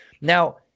Now